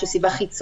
שהיא בעיה חיצונית,